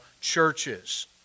churches